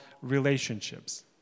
relationships